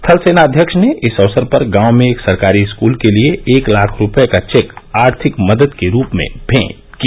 थल सेना अध्यक्ष ने इस अवसर पर गांव में एक सरकारी स्कूल के लिए एक लाख रूपये का चेक आर्थिक मदद के रूप में भेंट किया